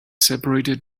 separated